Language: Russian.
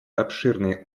обширный